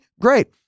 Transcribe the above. great